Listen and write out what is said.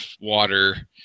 water